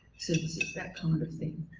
services that kind of thing